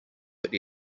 but